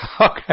okay